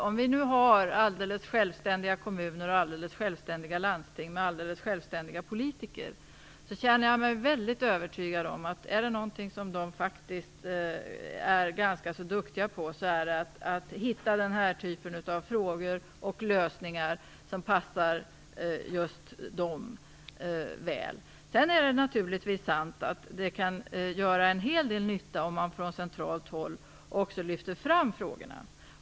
Om vi har alldeles självständiga kommuner och landsting med alldeles självständiga politiker, känner jag mig övertygad om att är det någonting som de faktiskt är ganska duktiga på så är det att hitta lösningar som passar dem väl. Sedan är det naturligtvis sant att det kan göra en hel nytta om man från centralt håll lyfter fram frågorna.